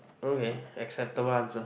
okay acceptable answer